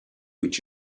each